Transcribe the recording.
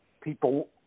people